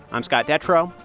i'm scott detrow.